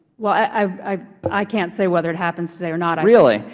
well, i i can't say whether it happens today or not. really?